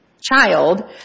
child